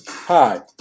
Hi